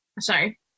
Sorry